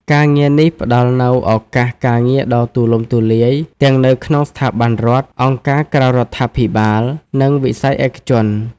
ការងារនេះផ្តល់នូវឱកាសការងារដ៏ទូលំទូលាយ ទាំងនៅក្នុងស្ថាប័នរដ្ឋ អង្គការក្រៅរដ្ឋាភិបាល និងវិស័យឯកជន។